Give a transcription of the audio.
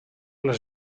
les